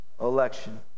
Election